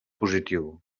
positiu